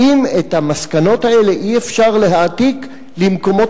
האם את המסקנות האלה אי-אפשר להעתיק למקומות